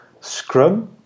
Scrum